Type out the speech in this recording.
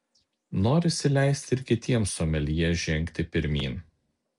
norisi leisti ir kitiems someljė žengti pirmyn